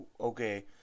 okay